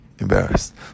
embarrassed